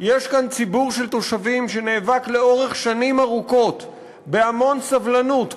שיש כאן ציבור של תושבים שנאבק שנים ארוכות בהמון סבלנות,